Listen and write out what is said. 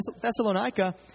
Thessalonica